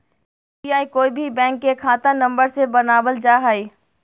UPI कोय भी bank के खाता नंबर से बनावल जा हइ